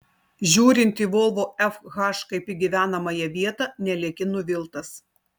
žiūrint į volvo fh kaip į gyvenamąją vietą nelieki nuviltas